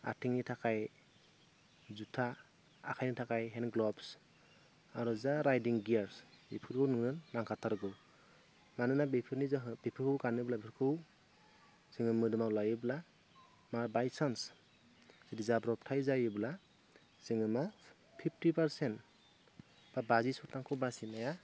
आथिंनि थाखाय जुथा आखाइनि थाखाय हेण्ड ग्लभ्स आरो जा राइडिं गियार्स बेफोरखौ नोंनो नांखाथारगौ मानोना बेफोरनि जाहोनाव बेफोरखौ गानोब्ला बेफोरखौ जोङो मोदोमाव लायोब्ला बा बाइचान्स जुदि जाब्रबथाय जायोब्ला जोङो मा फिफ्टि पारसेन्ट बा बाजि सतांख' बासिनाया